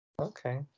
okay